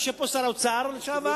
יושב פה שר האוצר לשעבר,